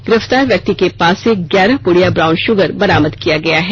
गिरफ्तार व्यक्ति के पास से ग्यारह पुड़िया ब्राउन शुगर बरामद किया गया है